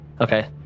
Okay